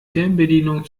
fernbedienung